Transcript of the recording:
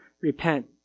repent